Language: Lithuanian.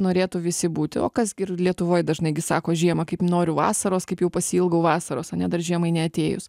norėtų visi būti o kas gi ir lietuvoj dažnai gi sako žiemą kaip noriu vasaros kaip jau pasiilgau vasaros ane dar žiemai neatėjus